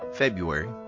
February